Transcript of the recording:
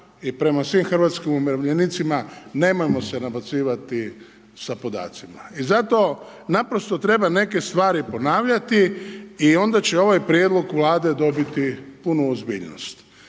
i prema svim hrvatskim umirovljenicima nemojmo se nabacivati sa podacima. I zato naprosto treba neke stvari ponavljati i onda će ovaj prijedlog Vlade dobiti punu ozbiljnost.